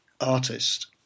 artist